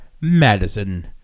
Madison